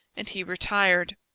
and he retired.